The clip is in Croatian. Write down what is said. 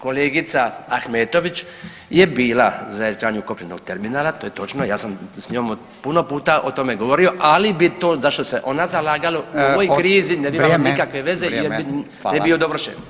Kolegica Ahmetović je bila za izgradnju kopnenog terminala to je točno, ja sam s njom puno puta o tome govorio, ali bi to za što se ona zalagala u ovoj krizi [[Upadica: Vrijeme, vrijeme.]] ne bi bilo nikakve veze ne bi bio dovršen.